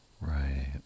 Right